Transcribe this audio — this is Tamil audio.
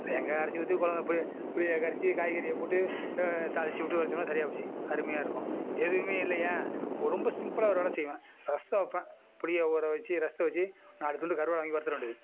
தேங்காய் அரைச்சி ஊற்றி குழம்புல புளி புளியை கரைச்சி காய்கறியை போட்டு தாளித்து விட்டு வைச்சோம்னா சரியாக போச்சு அருமையாக இருக்கும் எதுவும் இல்லையா ரொம்ப சிம்பிளாக ஒரு வேலை செய்வேன் ரசம் வைப்பேன் புளியை ஊற வைச்சி ரசத்த வைச்சி நாலு துண்டு கருவாடு வாங்கி வறுத்துட வேண்டியது